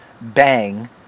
Bang